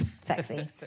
sexy